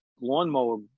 lawnmower